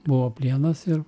buvo plienas ir